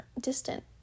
distant